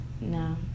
no